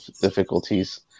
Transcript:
difficulties